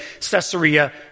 Caesarea